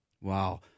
Wow